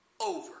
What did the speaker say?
over